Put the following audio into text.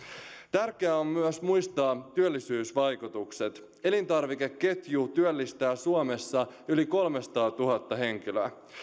tärkeää on myös muistaa työllisyysvaikutukset elintarvikeketju työllistää suomessa yli kolmesataatuhatta henkilöä